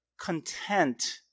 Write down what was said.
content